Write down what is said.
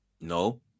No